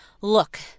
Look